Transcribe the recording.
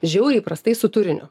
žiauriai prastai su turiniu